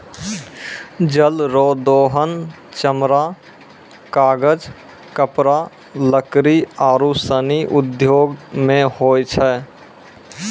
जल रो दोहन चमड़ा, कागज, कपड़ा, लकड़ी आरु सनी उद्यौग मे होय छै